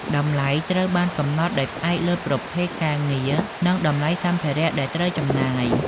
តម្លៃត្រូវបានកំណត់ដោយផ្អែកលើប្រភេទការងារនិងតម្លៃសម្ភារៈដែលត្រូវចំណាយ។